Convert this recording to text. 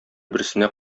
берсенә